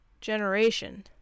generation